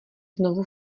znovu